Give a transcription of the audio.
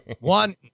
One